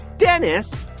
dennis,